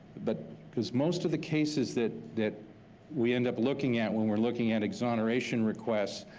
but because most of the cases that that we end up looking at when we're looking at exoneration requests,